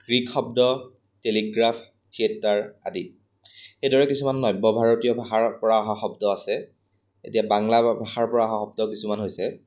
Greek শব্দ telegraph theatre আদি সেইদৰে কিছুমান নব্য ভাৰতীয় ভাষাৰ পৰা অহা শব্দ আছে এতিয়া বাংলা ভাষাৰ পৰা অহা শব্দ কিছুমান হৈছে